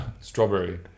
Strawberry